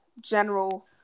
general